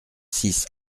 six